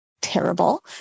terrible